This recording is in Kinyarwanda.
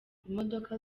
imodoka